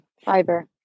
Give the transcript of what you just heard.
Fiber